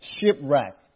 shipwreck